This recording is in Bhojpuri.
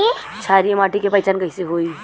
क्षारीय माटी के पहचान कैसे होई?